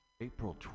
April